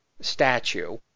statue